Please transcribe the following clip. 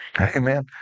Amen